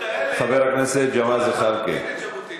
תקרא את ז'בוטינסקי.